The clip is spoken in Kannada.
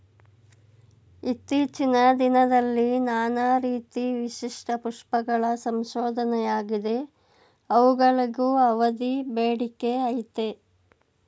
ಇತ್ತೀಚಿನ ದಿನದಲ್ಲಿ ನಾನಾ ರೀತಿ ವಿಶಿಷ್ಟ ಪುಷ್ಪಗಳ ಸಂಶೋಧನೆಯಾಗಿದೆ ಅವುಗಳಿಗೂ ಅಧಿಕ ಬೇಡಿಕೆಅಯ್ತೆ